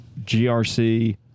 GRC